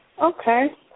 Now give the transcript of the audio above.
Okay